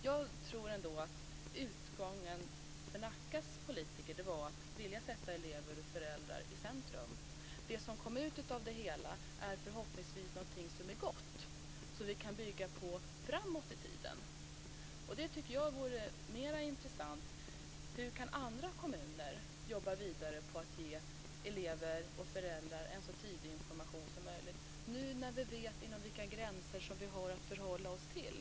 Jag tror ändå att utgångspunkten för Nackas politiker var att vilja sätta elever och föräldrar i centrum. Det som kom ut av det hela är förhoppningsvis någonting som är gott och som vi kan bygga på framåt i tiden. Det tycker jag vore mera intressant: Hur kan andra kommuner jobba vidare på att ge elever och föräldrar en så tidig information som möjligt, nu när vi vet vilka gränser som vi har att förhålla oss till.